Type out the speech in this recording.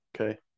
Okay